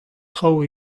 traoù